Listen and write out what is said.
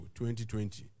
2020